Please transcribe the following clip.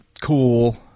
cool